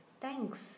Thanks